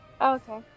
Okay